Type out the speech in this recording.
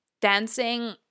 dancing